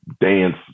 dance